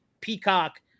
Peacock